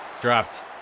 Dropped